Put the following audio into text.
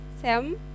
Sam